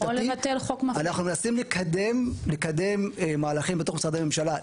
אנחנו מנסים לקדם מהלכים בתוך משרדי ממשלה,